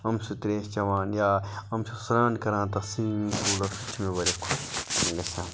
یِم چھِ سۄ تریش چیٚوان یا یِم چھِ سران کَران تَتھ سُومنٛگ پولس